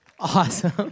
Awesome